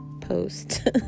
post